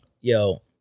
yo